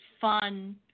fun